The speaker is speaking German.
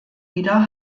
wieder